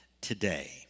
today